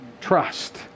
Trust